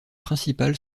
principale